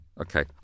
okay